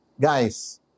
Guys